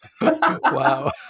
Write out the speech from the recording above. Wow